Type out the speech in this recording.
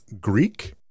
Greek